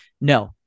no